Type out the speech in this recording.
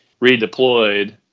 redeployed